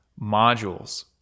modules